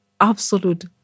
absolute